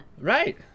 Right